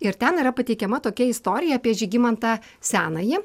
ir ten yra pateikiama tokia istorija apie žygimantą senąjį